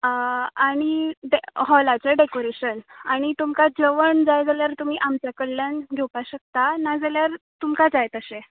आनी हॉलाचे डेकोरेशन आनी तुमकां जेवण जाय जाल्यार तुमी आमच्या कडल्यान घेवपाक शकता ना जाल्यार तुमकां जाय तशें